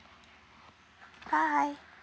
bye